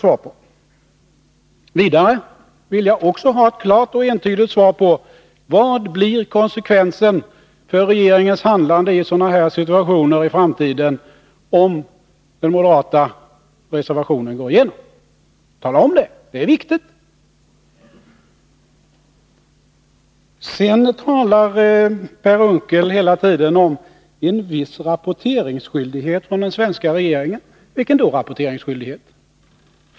Vidare vill jag också ha ett klart och entydigt svar på frågan: Vad blir konsekvensen av regeringens handlande i sådana här situationer i framtiden, om den moderata reservationen går igenom? Tala om det! Det är viktigt. Sedan talar Per Unckel hela tiden om en viss granskningsskyldighet för den svenska regeringen. Vilken rapporteringsskyldighet?